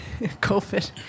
COVID